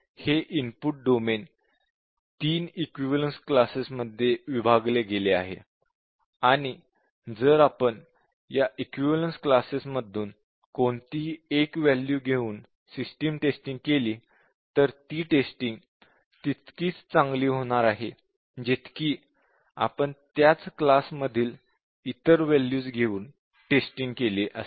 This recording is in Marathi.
हे इनपुट डोमेन 3 इक्विवलेन्स क्लासेस मध्ये विभागले गेले आहे आणि जर आपण या इक्विवलेन्स क्लासेस मधून कोणतीही एक वॅल्यू घेऊन सिस्टिम टेस्टिंग केली तर ती टेस्टिंग तितकीच चांगली होणार आहे जितकी आपण त्याच क्लास मधील इतर वॅल्यूज घेऊन टेस्टिंग केली असती